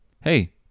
Hey